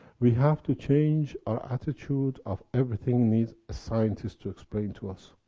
we have to change our attitude of, everything needs a scientist to explain to us.